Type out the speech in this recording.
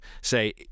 say